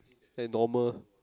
like normal